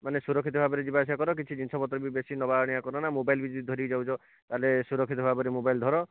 ମାନେ ସୁରକ୍ଷିତ ଭାବରେ ଯିବା ଆସିବା କର କିଛି ଜିନିଷପତ୍ର ବି ବେଶି ନେବା ଆଣିବା କରନା ମୋବାଇଲ ବି ଯଦି ଧରିକି ଯାଉଛ ତାହେଲେ ସୁରକ୍ଷିତ ଭାବରେ ମୋବାଇଲ ଧର